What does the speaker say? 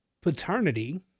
paternity